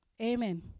Amen